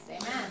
amen